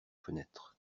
fenêtres